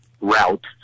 route